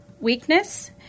weakness